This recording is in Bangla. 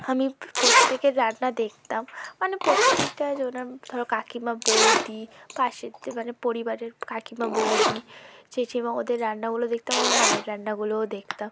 আমি প্রত্যেকের রান্না দেখতাম মানে প্রতিটা জন ধরো কাকিমা বৌদি পাশেতে মানে পরিবারের কাকিমা বৌদি জেঠিমা ওদের রান্নাগুলো দেখতাম আমার মায়ের রান্নাগুলোও দেখতাম